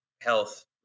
health